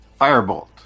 Firebolt